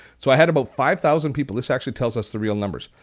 so i had about five thousand people. this actually tells us the real numbers.